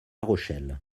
rochelle